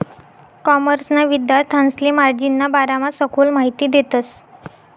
कॉमर्सना विद्यार्थांसले मार्जिनना बारामा सखोल माहिती देतस